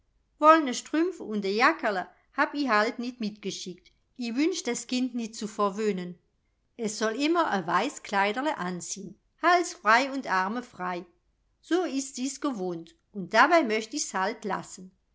wollne strümpf und a jackerl hab i halt nit mitgeschickt i wünsch das kind nit zu verwöhnen es soll immer a weiß kleiderl anziehn hals frei und arme frei so ist sie's gewohnt und dabei möcht ich's halt lassen